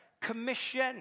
commission